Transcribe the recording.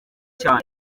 cyane